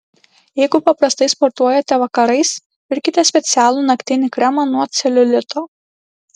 jeigu paprastai sportuojate vakarais pirkite specialų naktinį kremą nuo celiulito